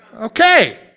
Okay